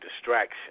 distraction